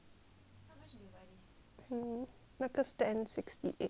那个 stand sixty eight